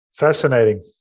Fascinating